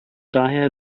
daher